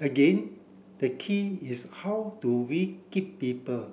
again the key is how do we keep people